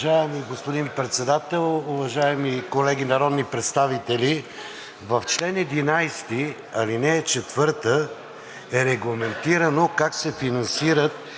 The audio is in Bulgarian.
Уважаеми господин Председател, уважаеми колеги народни представители! В чл. 11, ал. 4 е регламентирано как се финансират